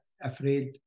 Afraid